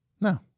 no